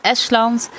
Estland